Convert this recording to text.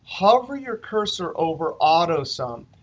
hover your cursor over auto sum.